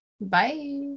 bye